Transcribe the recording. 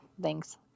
Thanks